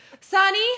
sunny